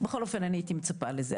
בכל אופן אני הייתי מצפה לזה.